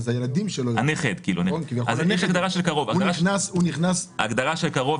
אז אני מסביר משהו שהוא נכון להצעת החוק כפי שהיא רשומה,